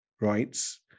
rights